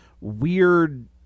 weird